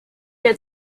get